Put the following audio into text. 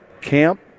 Camp